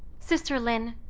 sister lin,